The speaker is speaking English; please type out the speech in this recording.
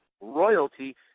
royalty